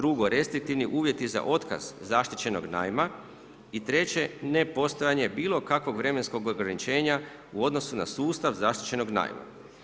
2. restriktivni uvjeti za otkaz zaštićenog najma i 3. nepostojanje bilo kakvog vremenskog ograničenja u odnosu na sustav zaštićenog najma.